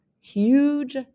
Huge